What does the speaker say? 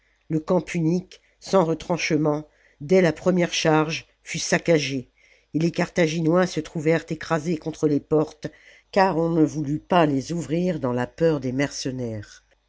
le camp punique sans retranchements dès la première charge fut saccagé et les carthaginois se trouvèrent écrasés contre les portes car on ne voulut pas les ouvrir dans la peur des mercenaires